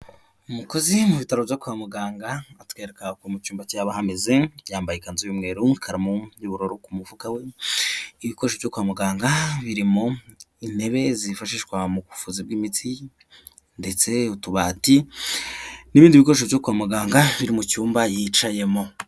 Umukozi mu bitaro byo kwa muganga atwereka mu cyumba cya ba hamezezen yambaye ikanzu y'umweruro n'ikaramu y'ubururu ku mufuka we igikoresho cyo kwa muganga biririmo intebe zifashishwa mu buvuzi bw'imitsi ndetse utubati n'ibindi bikoresho byo kwa muganga biri mu cyumba yicayemo.